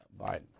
Biden